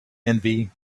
envy